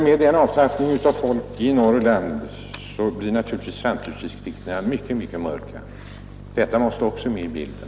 Med den avtappningen av folk i Norrland blir naturligtvis framtidsutsikterna mycket mörkare. Detta måste också med i bilden.